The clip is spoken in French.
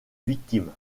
victime